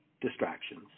distractions